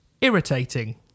Irritating